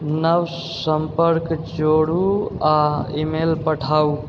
नव सम्पर्क जोड़ू आओर ईमेल पठाउ